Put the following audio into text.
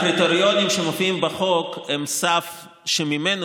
הקריטריונים שמופיעים בחוק הם סף שממנו